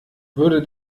würde